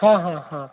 हां हां हांं